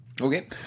Okay